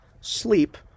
sleep